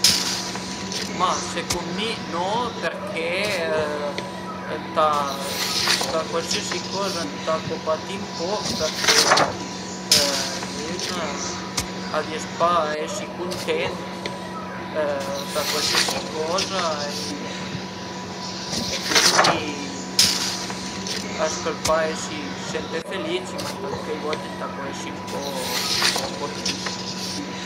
Ma secund mi no perché ëntà për cualsiasi coza ëntà co patì ën poch perché ün a ries a pa a esi cuntent për cualsiasi coza e cuindi a s'pöl pa esi sempre felici, ma ëntà chei volte ëntà co esi ën po trist